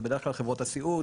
זה בדרך כלל חברות הסיעוד,